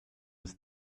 was